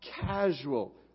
casual